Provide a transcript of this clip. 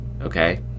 Okay